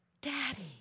Daddy